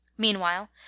Meanwhile